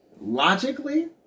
logically